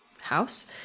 house